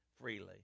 freely